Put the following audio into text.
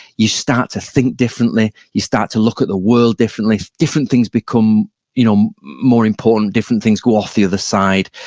you start to think differently, you start to look at the world differently, different things become you know more important, different things go off the other side.